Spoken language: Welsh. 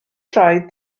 droed